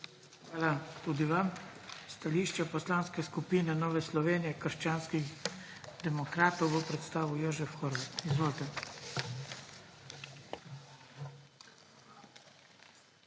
Hvala tudi vam. Stališče Poslanske skupine Nove Slovenije – krščanski demokrati bo predstavil Jožef Horvat. Izvolite.